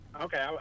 Okay